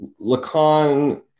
Lacan